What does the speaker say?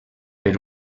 per